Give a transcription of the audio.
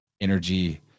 energy